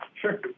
Sure